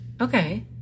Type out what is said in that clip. Okay